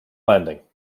landing